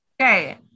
Okay